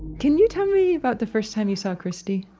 can you tell me about the first time you saw christy?